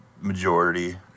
majority –